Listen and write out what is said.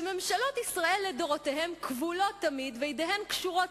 שממשלות ישראל לדורותיהן כבולות תמיד וידיהן קשורות